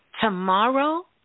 tomorrow